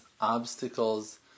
obstacles